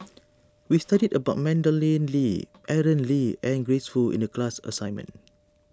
we studied about Madeleine Lee Aaron Lee and Grace Fu in the class assignment